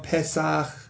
Pesach